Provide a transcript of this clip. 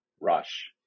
Rush